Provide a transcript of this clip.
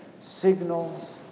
signals